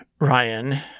ryan